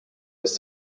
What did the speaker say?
his